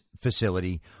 facility